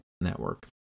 network